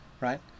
right